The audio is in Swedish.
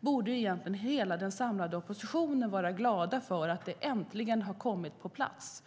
borde egentligen hela den samlade oppositionen vara glada för att det äntligen har kommit på plats.